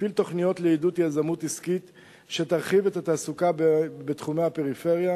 מפעיל תוכניות לעידוד יזמות עסקית שתרחיב את התעסוקה בתחומי הפריפריה,